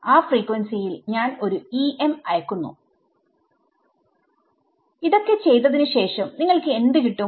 ആ ഫ്രീക്വൻസിയിൽ ഞാൻ ഒരു EM അയക്കുന്നു ഇതൊക്കെ ചെയ്തതിന് ശേഷം നിങ്ങൾക്ക് എന്ത് കിട്ടും